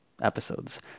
episodes